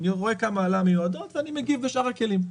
אני רואה כמה עלה המיועדות ואני מגיב בשאר הכלים.